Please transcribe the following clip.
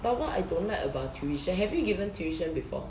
but what I don't like about tuition have you given tuition before